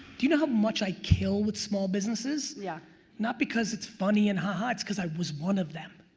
do you know how much i kill with small businesses? yeah not because it's funny and haha it's cause i was one of them.